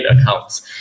Accounts